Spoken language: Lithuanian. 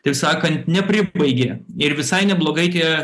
taip sakant nepribaigė ir visai neblogai tie